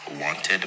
wanted